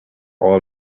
all